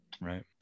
right